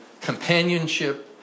companionship